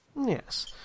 Yes